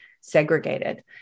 segregated